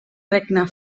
regne